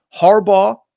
Harbaugh